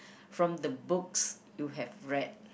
from the books you have read